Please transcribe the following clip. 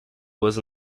was